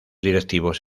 directivos